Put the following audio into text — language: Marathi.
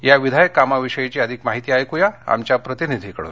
या विधायक कामाविषयीची अधिक माहिती ऐक्या आमच्या प्रतिनिधींकडून